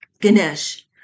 Ganesh